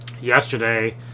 yesterday